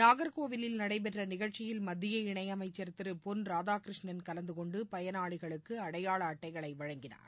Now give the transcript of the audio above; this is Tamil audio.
நாகர்கோவிலில் நடைபெற்ற நிகழ்ச்சியில் மத்திய இணையமைச்சர் திரு பொன் ராதாகிருஷ்ணன் கலந்து கொண்டு பயனாளிகளுக்கு அடையாள அட்டைகளை வழங்கினார்